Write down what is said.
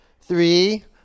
three